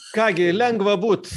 ką gi lengva būt